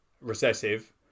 recessive